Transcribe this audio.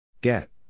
Get